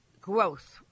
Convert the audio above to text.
growth